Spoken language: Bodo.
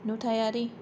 नुथायारि